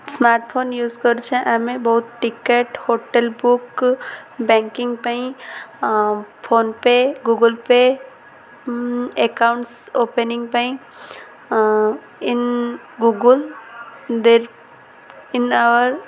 smart phone use କରୁଛେ ଆମେ ବହୁତ ଟିକେଟ ହୋଟେଲ ବୁକ୍ ବ୍ୟାଙ୍କିଙ୍ଗ ପାଇଁ PhonePe Google Pay accounts opening ପାଇଁ ଇନ୍ ଗୁଗୁଲ୍